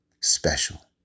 special